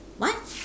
what